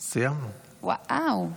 ואו.